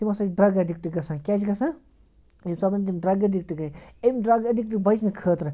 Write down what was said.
تِم ہَسا چھِ ڈرٛگ اٮ۪ڈِکٹ گژھان کیٛاہ چھِ گژھان ییٚمہِ ساتَن تِم ڈرٛگ اٮ۪ڈِکٹ گٔے اَمۍ ڈرٛگ اٮ۪ڈِکٹ بَچنہٕ خٲطرٕ